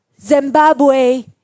Zimbabwe